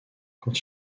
quand